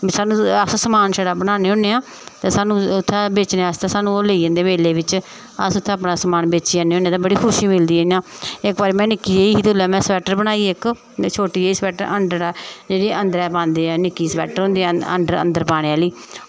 ते सानूं अस समान छड़ा बनाने होने आं ते सानूं उत्थें बेचने आस्तै सानूं ओह् लेई जंदे मेले बिच अस उत्थें अपना समान बेची आने होने ते बड़ी खुशी मिलदी ऐ इ'यां इक बारी में निक्की जेही दी ते उल्लै में स्वेटर बनाई इक छोटी जेही स्वेटर जेह्की अन्दरें पांदे ऐ निक्की स्वेटर होंदी अंदर पाने आह्ली